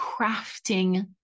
crafting